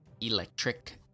electric